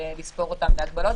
לספור אותם והגבלות,